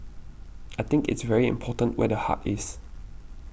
I think it's very important where the heart is